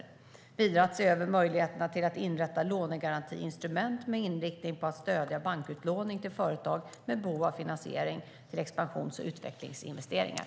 Vidare avser regeringen att se över möjligheterna till att inrätta lånegarantiinstrument med inriktning på att stödja bankutlåningen till företag med behov av finansiering till expansions och utvecklingsinvesteringar.